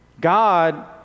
God